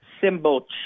symbol